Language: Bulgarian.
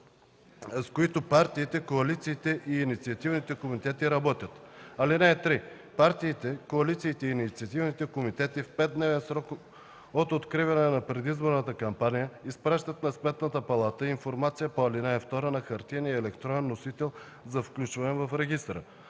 с които партиите, коалициите и инициативните комитети работят. (3) Партиите, коалициите и инициативните комитети в 5-дневен срок от откриване на предизборната кампания изпращат на Сметната палата информацията по ал. 2 на хартиен и електронен носител за включване в регистъра.